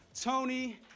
Tony